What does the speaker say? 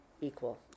equal